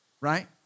right